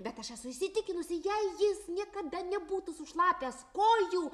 bet aš esu įsitikinusi jei jis niekada nebūtų sušlapęs kojų